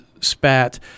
spat